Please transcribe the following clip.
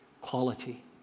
Quality